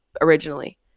originally